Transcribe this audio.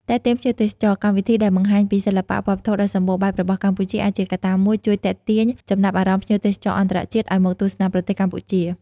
ទាក់ទាញភ្ញៀវទេសចរ កម្មវិធីដែលបង្ហាញពីសិល្បៈវប្បធម៌ដ៏សម្បូរបែបរបស់កម្ពុជា អាចជាកត្តាមួយជួយទាក់ទាញចំណាប់អារម្មណ៍ភ្ញៀវទេសចរអន្តរជាតិឱ្យមកទស្សនាប្រទេសកម្ពុជា។